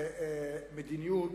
איזו מדיניות,